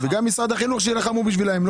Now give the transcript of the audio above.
וגם משרד החינוך שילחמו בשבילם.